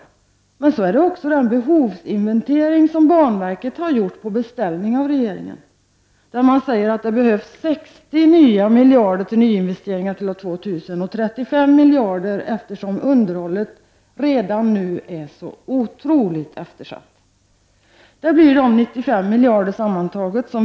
Men sedan gäller det också den behovsinventering som banverket har gjort på beställning av regeringen. Man säger ju att det behövs 60 nya miljarder för nyinvesteringar fram till år 2000 och 35 miljarder på underhållssidan, eftersom underhållet redan nu visar sig vara så otroligt eftersatt. Sammantaget blir det 95 miljarder som måste till.